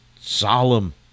solemn